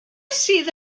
sydd